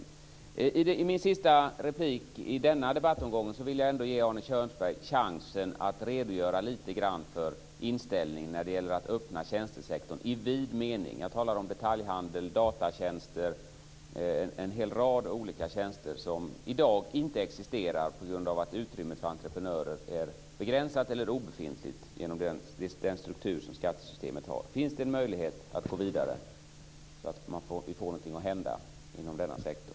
I min sista replik i denna debattomgång vill jag ge Arne Kjörnsberg chansen att redogöra lite för inställningen när det gäller att öppna tjänstesektorn i vid mening. Jag talar om detaljhandel, datatjänster och en hel rad olika tjänster som i dag inte existerar på grund av att utrymmet för entreprenörer är begränsat eller obefintligt genom den struktur som skattesystemet har. Finns det en möjlighet att gå vidare så att vi får någonting att hända inom denna sektor?